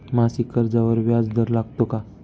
मासिक कर्जावर व्याज दर लागतो का?